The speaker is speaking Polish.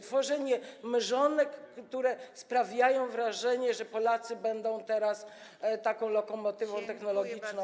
To tworzenie mrzonek, które sprawiają wrażenie, że Polacy będą teraz taką lokomotywą technologiczną.